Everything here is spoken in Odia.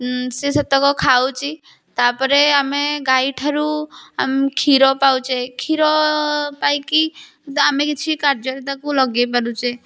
ସେ ସେତକ ଖାଉଚି ତାପରେ ଆମେ ଗାଈ ଠାରୁ ଆମ୍ କ୍ଷୀର ପାଉଛୁ କ୍ଷୀର ପାଇକି ତ ଆମେ କିଛି କାର୍ଯ୍ୟରେ ତାକୁ ଲଗେଇ ପାରୁଛୁ